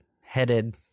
headed